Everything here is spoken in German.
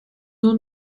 nur